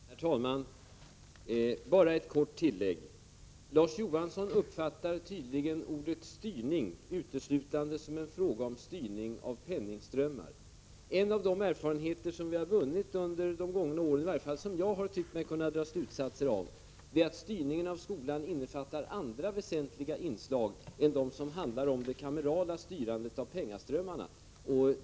Herr talman! Bara ett kort tillägg. Larz Johansson uppfattar tydligen ordet styrning uteslutande som en fråga om styrning av penningströmmar. En av de erfarenheter som vi har vunnit under de gångna åren, i varje fall som jag har tyckt mig kunna dra slutsatser av, är att styrningen av skolan innefattar andra väsentliga inslag än det kamerala styrandet av penningströmmarna.